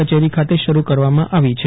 કચેરી ખાતે શરૂ કરવામાં આવી છે